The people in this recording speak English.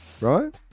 right